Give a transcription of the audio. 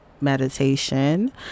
meditation